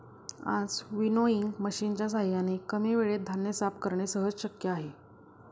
आज विनोइंग मशिनच्या साहाय्याने कमी वेळेत धान्य साफ करणे सहज शक्य आहे